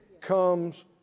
comes